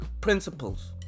principles